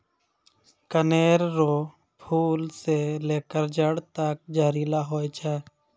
कनेर रो फूल से लेकर जड़ तक जहरीला होय छै